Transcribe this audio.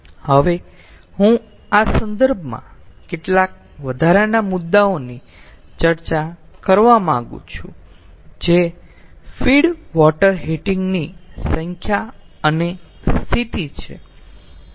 હવે હું આ સંદર્ભમાં કેટલાક વધારાના મુદ્દાઓની ચર્ચા કરવા માંગું છું જે ફીડ વોટર હીટર ની સંખ્યા અને સ્થિતિ છે